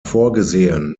vorgesehen